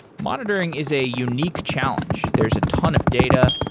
monitoring is a unique challenge. there's a ton of data.